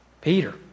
Peter